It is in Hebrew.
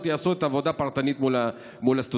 יעשו את העבודה הפרטנית מול הסטודנטים.